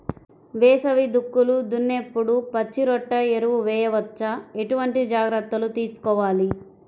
వేసవి దుక్కులు దున్నేప్పుడు పచ్చిరొట్ట ఎరువు వేయవచ్చా? ఎటువంటి జాగ్రత్తలు తీసుకోవాలి?